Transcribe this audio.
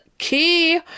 key